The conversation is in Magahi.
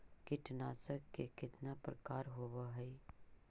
कीटनाशक के कितना प्रकार होव हइ?